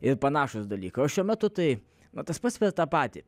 ir panašūs dalykai o šiuo metu tai na tas pats per tą patį